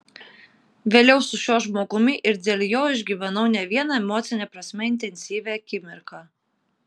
vėliau su šiuo žmogumi ir dėl jo išgyvenau ne vieną emocine prasme intensyvią akimirką